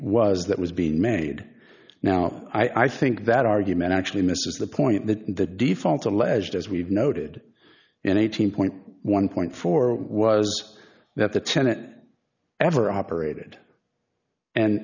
was that was being made now i think that argument actually misses the point that the default alleged as we've noted in eighteen one point four was that the tenet ever operated and